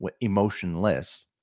emotionless